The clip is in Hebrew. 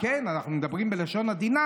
אנחנו מדברים בלשון עדינה,